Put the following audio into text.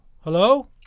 hello